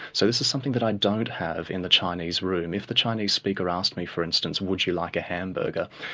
so this is something that i don't have in the chinese room. if the chinese speaker asked me for instance, would you like a hamburger?